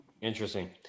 Interesting